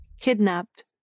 kidnapped